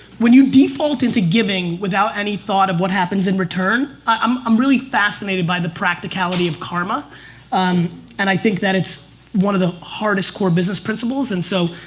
when you default into giving without any thought of what happens in return, i'm i'm really fascinated by the practicality of karma um and i think that it's one of the hardest core business principles and so,